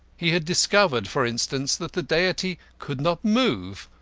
he had discovered, for instance, that the deity could not move,